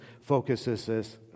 focuses